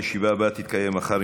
הישיבה הבאה תתקיים מחר,